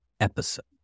episode